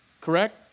Correct